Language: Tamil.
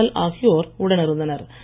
ஜெயபால் ஆகியோர் உடனிருந்தனர்